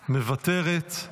מוותרת,